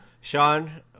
sean